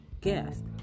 guest